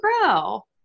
Grow